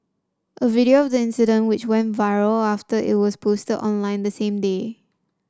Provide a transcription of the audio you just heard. a video of the incident which went viral after it was posted online the same day